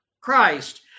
Christ